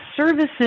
services